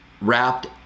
wrapped